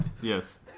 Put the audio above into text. Yes